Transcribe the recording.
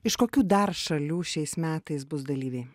iš kokių dar šalių šiais metais bus dalyviai